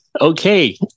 Okay